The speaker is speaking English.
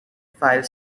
file